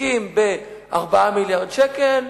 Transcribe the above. עוסקים ב-4 מיליארד שקל,